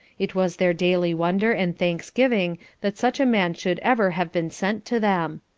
it was their daily wonder and thanksgiving that such a man should ever have been sent to them.